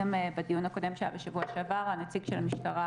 גם בדיון הקודם שהיה בשבוע שעבר נציג המשטרה